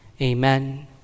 amen